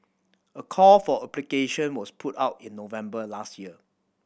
a call for application was put out in November last year